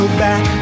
back